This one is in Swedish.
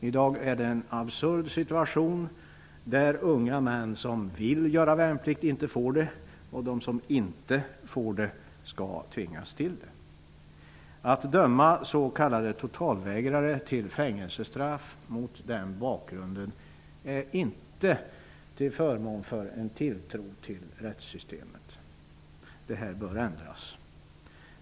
I dag är det en absurd situation där unga män som vill göra värnplikt inte får det och de som inte vill det tvingas till det. Att döma s.k. totalvägrare till fängelsestraff mot den bakgrunden är inte till förmån för en tilltro till rättssystemet. Det bör ändras.